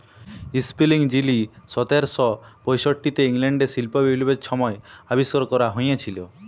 spinning যিলি সতের শ পয়ষট্টিতে ইংল্যাল্ডে শিল্প বিপ্লবের ছময় আবিষ্কার ক্যরা হঁইয়েছিল